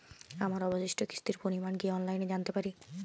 আমার অবশিষ্ট কিস্তির পরিমাণ কি অফলাইনে জানতে পারি?